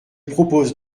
propose